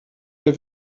der